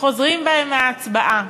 וחוזרים בהם מההצבעה.